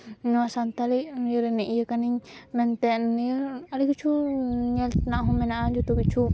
ᱱᱚᱣᱟ ᱥᱟᱱᱛᱟᱲᱤ ᱤᱭᱟᱹ ᱨᱮᱱ ᱤᱭᱟᱹ ᱠᱟᱹᱱᱟᱹᱧ ᱢᱮᱱᱛᱮ ᱢᱤᱭᱟᱹ ᱟᱹᱰᱤ ᱠᱤᱪᱷᱩ ᱧᱮᱞ ᱛᱮᱱᱟᱜ ᱦᱚᱸ ᱢᱮᱱᱟᱜᱼᱟ ᱟᱹᱰᱤ ᱠᱤᱪᱷᱩ